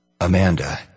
amanda